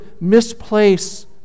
misplace